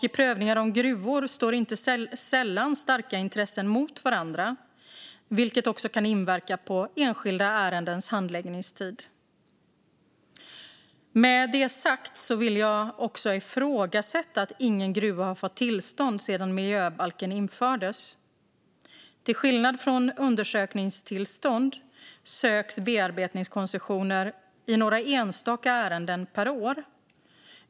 I prövningar om gruvor står inte sällan starka intressen mot varandra, vilket kan inverka på enskilda ärendens handläggningstid. Med det sagt vill jag också ifrågasätta att ingen gruva fått tillstånd sedan miljöbalken infördes. Till skillnad från undersökningstillstånd söks bearbetningskoncessioner i några enstaka ärenden per år.